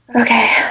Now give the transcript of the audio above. Okay